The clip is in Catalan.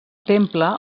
temple